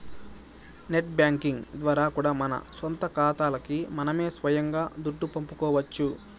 net banking ద్వారా కూడా మన సొంత కాతాలకి మనమే సొయంగా దుడ్డు పంపుకోవచ్చు